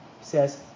says